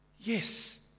yes